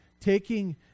taking